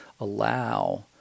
allow